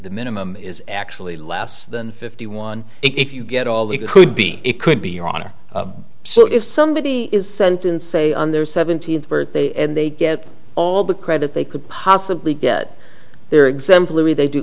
the minimum is actually less than fifty one if you get all he could be it could be your honor so if somebody is sentenced say on their seventeenth birthday and they get all the credit they could possibly get their exemplary they do